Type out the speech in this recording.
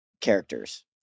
characters